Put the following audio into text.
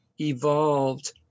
evolved